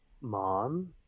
mom